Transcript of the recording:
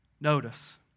Notice